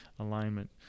alignment